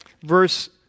verse